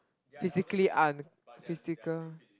physically un physical